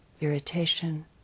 irritation